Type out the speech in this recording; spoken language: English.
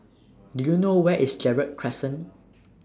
Do YOU know Where IS Gerald Crescent